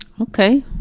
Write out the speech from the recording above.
okay